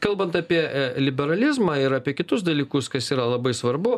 kalbant apie liberalizmą ir apie kitus dalykus kas yra labai svarbu